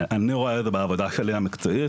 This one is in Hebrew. אני רואה את זה בעבודה שלי המקצועית